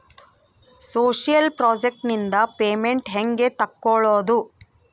Social project ನಿಂದ payment ಹೆಂಗೆ ತಕ್ಕೊಳ್ಳದು?